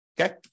okay